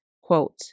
quote